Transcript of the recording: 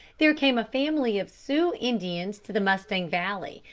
there came a family of sioux indians to the mustang valley,